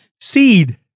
seed